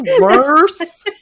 worse